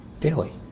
Daily